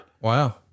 Wow